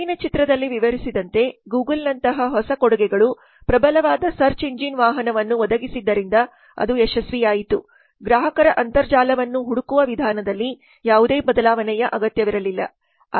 ಕೆಳಗಿನ ಚಿತ್ರದಲ್ಲಿ ವಿವರಿಸಿದಂತೆ ಗೂಗಲ್ನಂತಹ ಹೊಸ ಕೊಡುಗೆಗಳು ಪ್ರಬಲವಾದ ಸರ್ಚ್ ಎಂಜಿನ್ ವಾಹನವನ್ನು ಒದಗಿಸಿದ್ದರಿಂದ ಅದು ಯಶಸ್ವಿಯಾಯಿತು ಗ್ರಾಹಕರ ಅಂತರ್ಜಾಲವನ್ನು ಹುಡುಕುವ ವಿಧಾನದಲ್ಲಿ ಯಾವುದೇ ಬದಲಾವಣೆಯ ಅಗತ್ಯವಿರಲಿಲ್ಲ